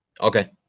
Okay